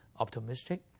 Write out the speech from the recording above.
optimistic